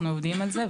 אנחנו עובדים על זה,